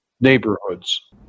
neighborhoods